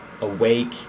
awake